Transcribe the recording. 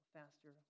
faster